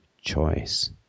choice